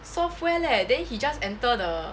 software leh then he just enter the